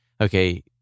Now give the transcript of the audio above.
okay